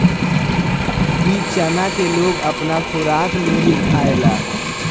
इ चना के लोग अपना खोराक में भी खायेला